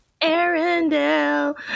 Arendelle